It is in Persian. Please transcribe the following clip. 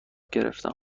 گرفتم